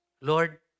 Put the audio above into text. Lord